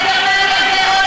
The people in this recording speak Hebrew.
בגרמניה,